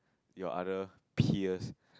your other peers